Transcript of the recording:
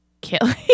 killing